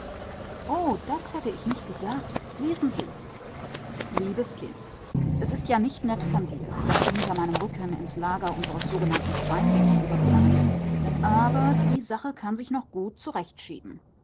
oh das hätte ich nicht gedacht lesen sie liebes kind es ist ja nicht nett von dir daß du hinter meinem rücken ins lager unseres sogenannten feindes übergegangen bist aber die sache kann sich